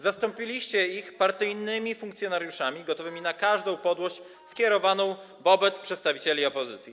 Zastąpiliście ich partyjnymi funkcjonariuszami gotowymi na każdą podłość skierowaną wobec przedstawicieli opozycji.